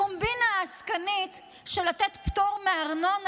הקומבינה העסקנית של לתת פטור מארנונה